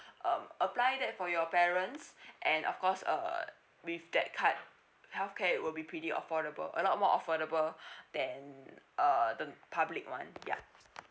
um apply that for your parents and of course uh with that card healthcare will be pretty affordable a lot more affordable then uh the public one ya